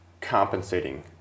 compensating